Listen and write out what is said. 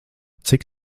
cik